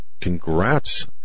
congrats